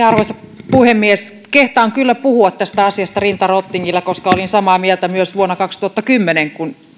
arvoisa puhemies kehtaan kyllä puhua tästä asiasta rinta rottingilla koska olin samaa mieltä myös vuonna kaksituhattakymmenen kun